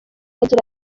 agira